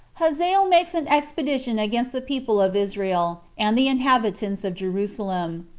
hazael makes an expedition against the people of israel and the inhabitants of jerusalem.